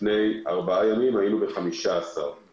לפני ארבעה ימים עמדנו על 15 מונשמים,